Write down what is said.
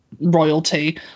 royalty